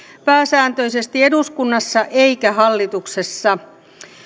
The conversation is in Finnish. pääsääntöisesti eduskunnassa eikä hallituksessa